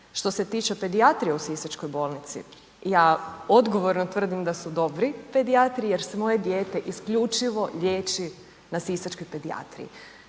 Što se tiče pedijatrije u sisačkoj bolnici ja odgovorno tvrdim da su dobri pedijatri jer svoje dijete isključivo liječim na sisačkoj pedijatriji.